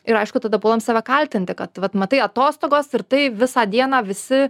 ir aišku tada puolam save kaltinti kad vat matai atostogos ir tai visą dieną visi